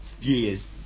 years